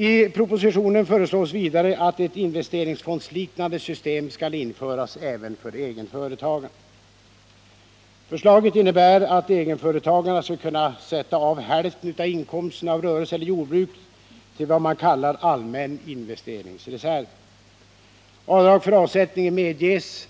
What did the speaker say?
I propositionen föreslås vidare att ett investeringsfondsliknande system skall införas även för egenföretagarna. Förslaget innebär att egenföretagarna skall kunna sätta av hälften av inkomsten av rörelse eller jordbruk till vad man kallar allmän investeringsreserv. Avdrag för avsättningen medges